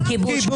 כיבוש,